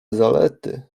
zalety